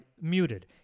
muted